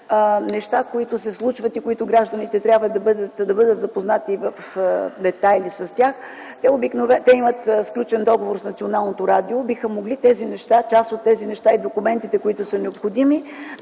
неща, които се случват и с които гражданите трябва да бъдат запознати в детайли, те имат сключен договор с Националното радио, биха могли част от тези неща и документите, които са необходими,